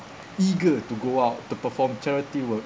eager to go out to perform charity work